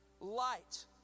Light